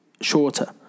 shorter